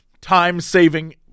time-saving